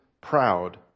proud